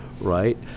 Right